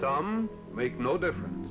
some make no difference